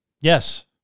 Yes